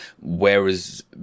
whereas